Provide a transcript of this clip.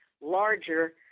larger